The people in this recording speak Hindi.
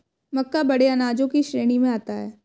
मक्का बड़े अनाजों की श्रेणी में आता है